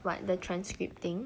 what the transcript thing